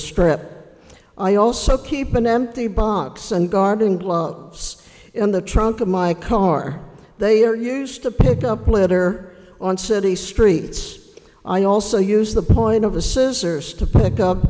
strip i also keep an empty box and gardening gloves in the trunk of my car they are used to pick up litter on city streets i also use the point of the scissors to pick up